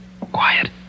Quiet